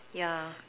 ya